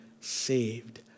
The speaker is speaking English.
saved